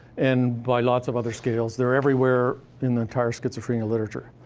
and by lots of other scales. they're everywhere in the entire schizophrenia literature.